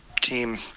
team